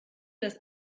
das